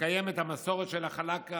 לקיים את המסורת של חלאקה